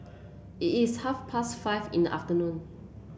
it's half past five in the afternoon